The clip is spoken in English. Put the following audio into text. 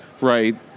right